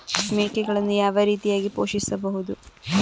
ಮೇಕೆಗಳನ್ನು ಯಾವ ರೀತಿಯಾಗಿ ಪೋಷಿಸಬಹುದು?